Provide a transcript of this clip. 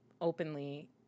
openly